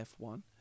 F1